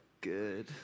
good